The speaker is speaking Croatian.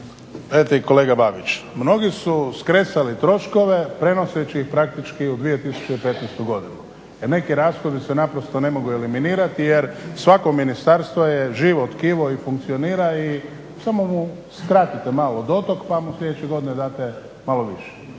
kolega Babić, mnogi su skresali troškove prenoseći ih praktički u 2015.godinu jer neki rashodi se ne mogu eliminirati jer svako ministarstvo je živo tkivo i funkcionira i samo mu skratite malo dotok pa mu sljedeće godine date malo više.